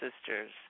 sisters